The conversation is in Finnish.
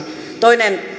toinen